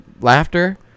laughter